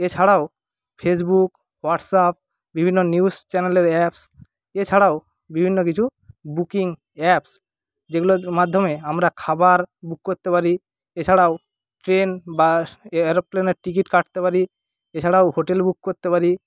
এছাড়াও Facebook WhatsApp বিভিন্ন news চ্যানেলের অ্যাপস এছাড়াও বিভিন্ন কিছু বুকিং অ্যাপস যেগুলোর মাধ্যমে আমরা খাবার বুক করতে পারি এছাড়াও ট্রেন বাস এ এরোপ্লেনের টিকিট কাটতে পারি এছাড়াও হোটেল বুক করতে পারি